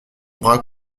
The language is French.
bras